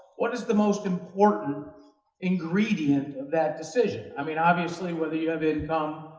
what is the most important ingredient of that decision? i mean, obviously, whether you have income,